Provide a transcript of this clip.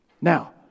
Now